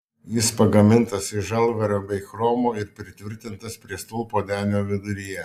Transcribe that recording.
jis pagamintas iš žalvario bei chromo ir pritvirtintas prie stulpo denio viduryje